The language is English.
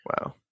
wow